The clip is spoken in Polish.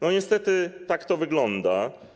Niestety tak to wygląda.